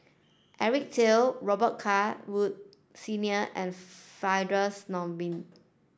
Eric Teo Robet Carr Wood Senior and Firdaus Nordin